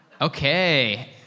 Okay